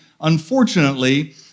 unfortunately